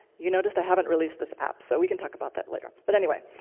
you notice i haven't released this app, so we can talk about that later. but anyway,